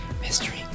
Mystery